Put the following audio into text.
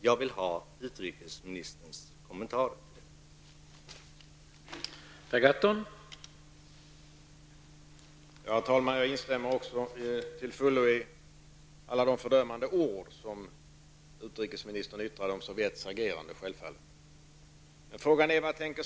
Jag vill ha utrikesministerns kommentar till detta.